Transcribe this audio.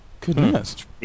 Goodness